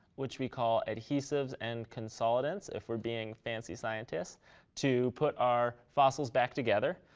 which we call adhesives. and consolidants, if we're being fancy scientists to put our fossils back together.